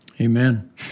Amen